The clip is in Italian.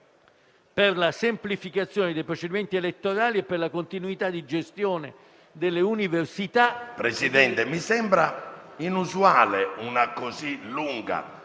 relatore, mi sembra inusuale una così lunga